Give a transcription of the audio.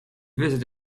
visit